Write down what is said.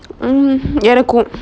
mm எனக்கும்:enakkum